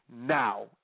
Now